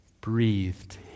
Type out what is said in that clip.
breathed